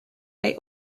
may